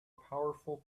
powerful